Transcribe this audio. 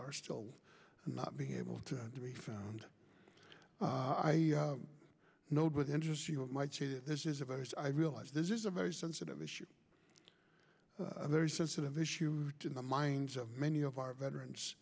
are still not being able to be found i note with interest you might say that this is about as i realize this is a very sensitive issue a very sensitive issue in the minds of many of our veterans